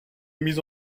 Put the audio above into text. mise